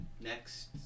next